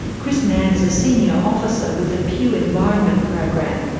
chris mann is a senior officer with the pew environment program,